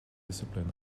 discipline